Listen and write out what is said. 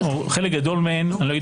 אני רוצה לשאול אותך קודם.